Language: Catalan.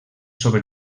sobre